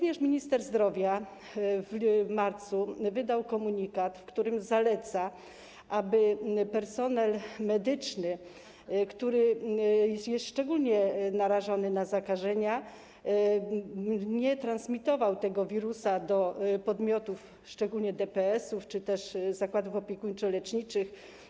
Minister zdrowia w marcu wydał również komunikat, w którym zaleca, aby personel medyczny, który jest szczególnie narażony na zakażenia, nie transmitował tego wirusa do podmiotów, szczególnie DPS-ów czy też zakładów opiekuńczo-leczniczych.